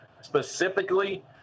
specifically